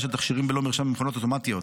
של תכשירים בלי מרשם במכונות אוטומטיות.